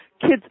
kids